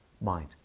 Mind